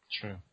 True